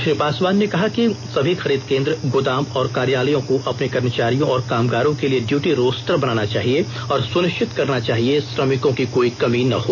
श्री पासवान ने कहा कि सभी खरीद केंद्र गोंदाम और कार्यालयों को अपने कर्मचारियों और कामगारों के लिए ड्यूटी रोस्टर बनाना चाहिए और सुनिश्चित करना चाहिए श्रमिकों की कोई कमी न हो